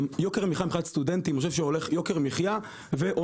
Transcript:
יוקר המחייה מבחינת סטודנטים אני חושב